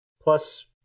Plus